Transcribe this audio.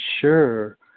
sure